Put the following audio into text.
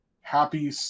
happy